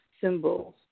symbols